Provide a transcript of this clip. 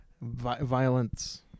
Violence